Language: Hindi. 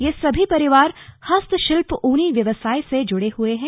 ये सभी परिवार हस्त शिल्प ऊनी व्यवसाय से जुड़े हुए हैं